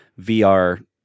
VR